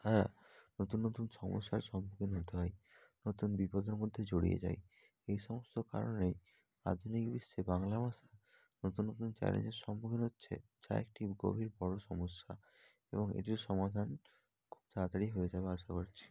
হ্যাঁ নতুন নতুন সমস্যার সম্মুখীন হতে হয় নতুন বিপদের মধ্যে জড়িয়ে যায় এই সমস্ত কারণেই আধুনিক বিশ্বে বাংলা ভাষা নতুন নতুন চ্যালেঞ্জের সম্মুখীন হচ্ছে যা একটি গভীর বড়ো সমস্যা এবং এটির সমাধান খুব তাড়াতাড়ি হয়ে যাবে আশা করছি